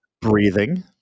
Breathing